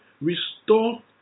restore